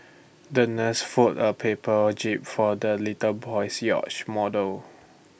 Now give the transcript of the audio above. the nurse fold A paper jib for the little boy's yacht model